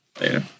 Later